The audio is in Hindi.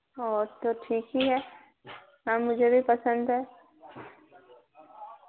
और तो ठीक ही है हाँ मुझे भी पसंद है